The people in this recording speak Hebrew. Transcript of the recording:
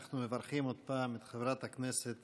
אנחנו מברכים עוד פעם את חברת הכנסת